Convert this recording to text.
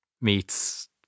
meets